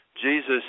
Jesus